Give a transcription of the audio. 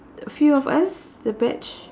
few of us the batch